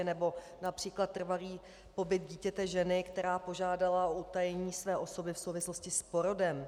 Nebo například trvalý pobyt dítěte ženy, která požádala o utajení své osoby v souvislosti s porodem.